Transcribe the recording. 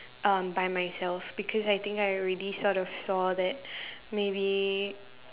um by myself because I think I already sort of saw that maybe